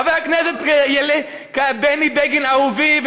חבר הכנסת בני בגין אהובי,